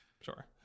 Sure